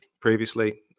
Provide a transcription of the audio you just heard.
previously